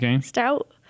Stout